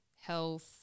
health